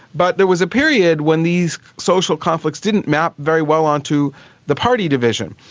but there was a period when these social conflicts didn't map very well onto the party division.